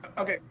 okay